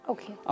Okay